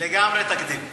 לגמרי תקדים.